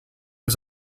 was